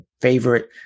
favorite